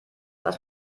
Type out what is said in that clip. was